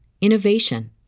innovation